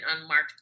unmarked